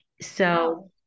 So-